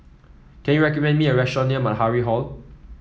can you recommend me a restaurant near Matahari Hall